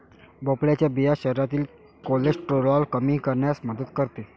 भोपळ्याच्या बिया शरीरातील कोलेस्टेरॉल कमी करण्यास मदत करतात